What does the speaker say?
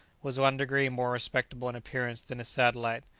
was one degree more respectable in appearance than his satellite,